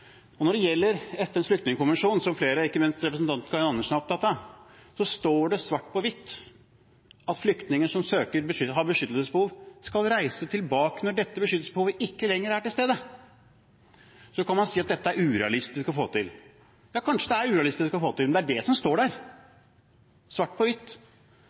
krangle. Når det gjelder FNs flyktningkonvensjon, som flere, ikke minst representanten Karin Andersen, er opptatt av, står det svart på hvitt at flyktninger som har beskyttelsesbehov, skal reise tilbake når dette beskyttelsesbehovet ikke lenger er til stede. Så kan man si at dette er urealistisk å få til. Ja, kanskje det er urealistisk å få til, men det er det som står der – svart på